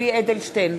יולי יואל אדלשטיין,